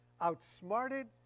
outsmarted